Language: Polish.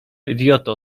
idioto